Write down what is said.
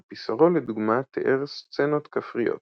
אבל פיסרו לדוגמה תיאר סצנות כפריות.